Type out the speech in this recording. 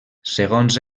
segons